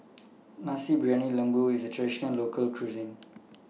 Nasi Briyani Lembu IS A Traditional Local Cuisine